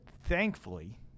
thankfully